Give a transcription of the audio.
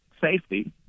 safety